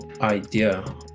idea